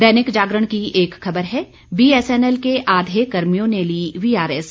दैनिक जागरण की एक खबर है बीएसएनएल के आधे कर्मियों ने ली वीआरएस